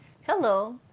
Hello